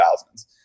thousands